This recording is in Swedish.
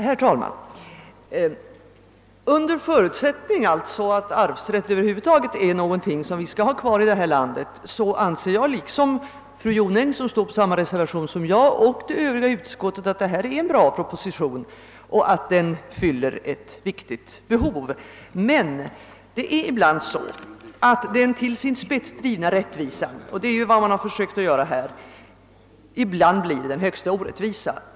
Herr talman! Under förutsättning att arvsrätt över huvud taget är någonting som vi skall ha kvar i vårt land, anser jag liksom fru Jonäng — som skrivit under samma reservation som jag — och det övriga utskottet att propositionen är bra och fyller ett viktigt behov. Men det är ibland så att den till sin spets drivna rättvisan — och det är vad man försökt åstadkomma i detta sammanhang — blir den högsta orättvisa.